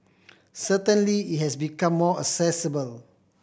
certainly it has become more accessible